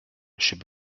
chez